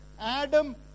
Adam